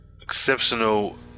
exceptional